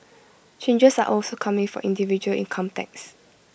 changes are also coming for individual income tax